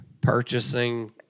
Purchasing